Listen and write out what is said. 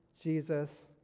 Jesus